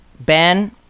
Ben